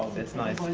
that's nice!